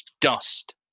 dust